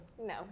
No